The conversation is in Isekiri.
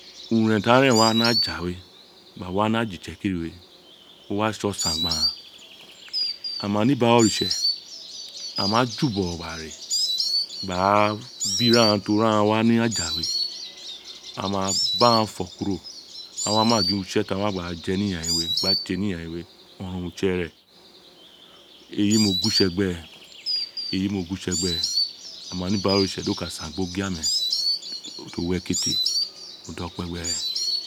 Uren tr a eren wa ni aja we gba wa ni aja itsekiri we a wa tse itse gbi aghaan a ma ni ubo ara oritse a ma ju uboro gbe re gba bi iraran do ri iraran gbe aghaan gba wa ri aja we a ma ba aghan fo kuro a wa ma gin utse ti aghan wa ji ni yayin we gba tse ni yayin we ororon utse reen eyi mo guwo itse gbe eyi mo gu wo itse gbe a ma ni ubo ara oritse do ka san gbi ogiame ti o wi ekete modokpe gbere